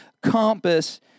compass